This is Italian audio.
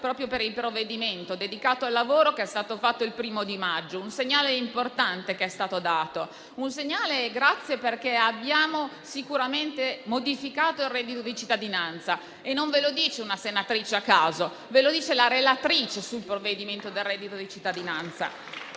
proprio per il provvedimento dedicato al lavoro che è stato fatto il 1° maggio. È stato dato un segnale importante, perché abbiamo sicuramente modificato il reddito di cittadinanza. E non ve lo dice una senatrice a caso; ve lo dice la relatrice del provvedimento relativo al reddito di cittadinanza.